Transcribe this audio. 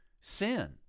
sin